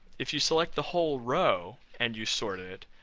if you select the whole row, and you sort it,